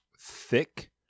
thick